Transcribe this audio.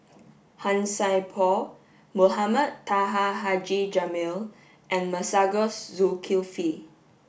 Han Sai Por Mohamed Taha Haji Jamil and Masagos Zulkifli